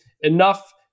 enough